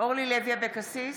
אורלי לוי אבקסיס,